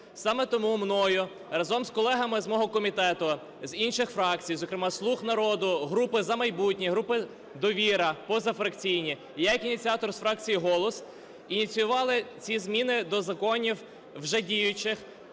Саме тому мною, разом з колегами з мого комітету, з інших фракцій, зокрема, "Слуг народу", групи "За майбутнє", групи "Довіра", позафракційні і я як ініціатор з фракції "Голос", ініціювали ці зміни до законів вже діючих